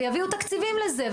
ויביאו תקציבים לזה,